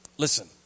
Listen